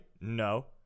No